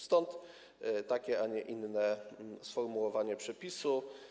Stąd takie, a nie inne sformułowanie przepisu.